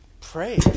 pray